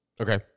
Okay